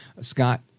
Scott